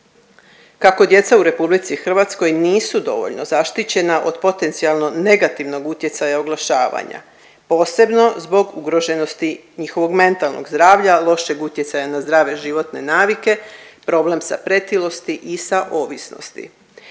kako djeca u RH nisu dovoljno zaštićena od potencijalno negativnog utjecaja oglašavanja, posebno zbog ugroženosti njihovog mentalnog zdravlja, lošeg utjecaja na zdrave životne navike, problem sa pretilosti i sa ovisnosti.